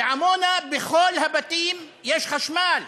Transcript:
בעמונה בכל הבתים יש חשמל,